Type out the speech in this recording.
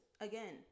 Again